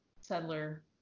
settler